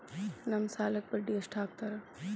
ನಮ್ ಸಾಲಕ್ ಬಡ್ಡಿ ಎಷ್ಟು ಹಾಕ್ತಾರ?